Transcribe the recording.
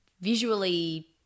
visually